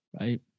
Right